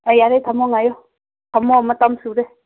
ꯑꯥ ꯌꯥꯔꯦ ꯊꯝꯃꯣ ꯉꯥꯏꯌꯨ ꯊꯝꯃꯣ ꯃꯇꯝ ꯁꯨꯔꯦ